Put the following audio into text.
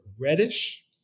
reddish